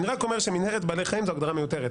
אני רק אומר שמנהרת בעלי חיים זו הגדרה מיותרת.